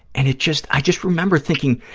and it just, i just remember thinking,